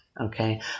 okay